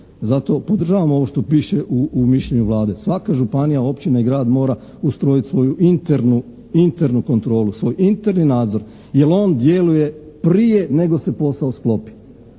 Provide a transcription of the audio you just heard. zato podržavamo ovo što piše u mišljenju Vlade: svaka županija, općina i grad mora ustrojit svoju internu kontrolu, svoj interni nadzor, jer on djeluje prije nego se posao sklopi.